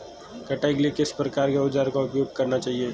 कटाई के लिए किस प्रकार के औज़ारों का उपयोग करना चाहिए?